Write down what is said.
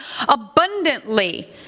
abundantly